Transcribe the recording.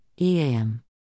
EAM